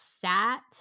sat